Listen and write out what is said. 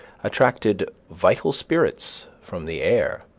attracted vital spirits from the air.